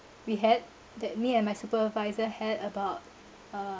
we had that me and my supervisor had about uh